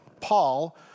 Paul